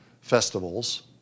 festivals